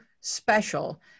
special